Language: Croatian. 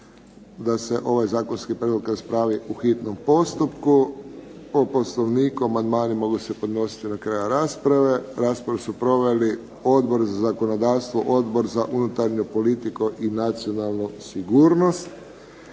da se ovaj zakonski prijedlog raspravi po hitnom postupku. Po Poslovniku amandmani se mogu podnositi do kraja rasprave. Raspravu su proveli Odbor za zakonodavstvo, Odbor za unutarnju politiku i nacionalnu sigurnost.